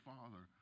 Father